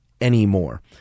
anymore